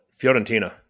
Fiorentina